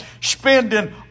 spending